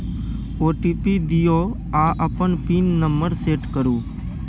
OTP दियौ आ अपन पिन नंबर सेट करु